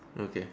okay